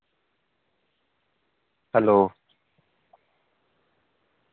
hello